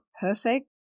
perfect